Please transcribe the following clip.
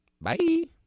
Bye